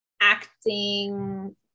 acting